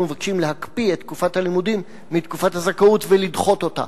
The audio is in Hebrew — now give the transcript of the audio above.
אנחנו מבקשים להקפיא בתקופת הלימודים את תקופת הזכאות ולדחות אותה.